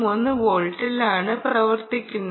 3 വോൾട്ടിലാണ് പ്രവർത്തിക്കുന്നത്